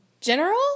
general